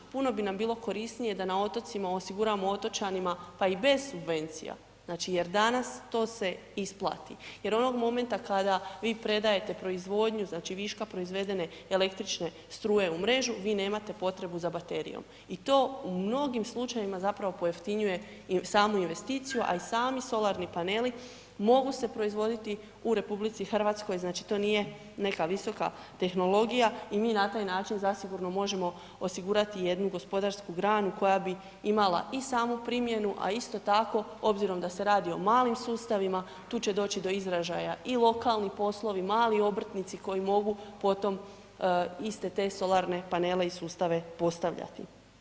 Puno bi nam bilo korisnije da na otocima osiguramo otočanima pa i bez subvencija znači jer danas to isplati jer onog momenta kada vi predajete proizvodnju, znači viška proizvedene električne struje u mrežu, vi nemate potrebu za baterijom i to u mnogim slučajevima zapravo pojeftinjuje i samu investiciju a i sami solarni paneli mogu se proizvoditi u RH, znači to nije neka visoka tehnologija, i mi na taj način zasigurno možemo osigurati jednu gospodarsku granu koja bi imala i samu primjenu a isto tako obzirom da se radi o malim sustavima, tu će doći do izražaja i lokalni poslovi, mali obrtnici koji mogu po tom, iste te solarne panele i sustave postavljati.